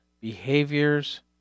behaviors